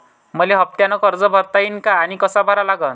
मले हफ्त्यानं कर्ज भरता येईन का आनी कस भरा लागन?